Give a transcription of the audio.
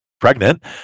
pregnant